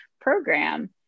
program